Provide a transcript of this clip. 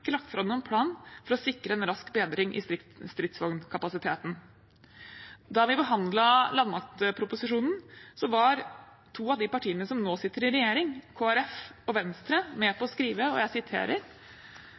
lagt fram noen plan for å sikre en rask bedring i stridsvognkapasiteten. Da vi behandlet landmaktproposisjonen, var to av de partiene som nå sitter i regjering, Kristelig Folkeparti og Venstre, med på